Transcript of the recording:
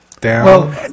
down